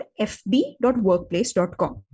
fb.workplace.com